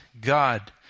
God